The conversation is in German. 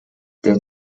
der